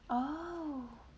oh